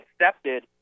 accepted